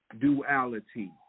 Duality